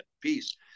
peace